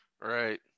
Right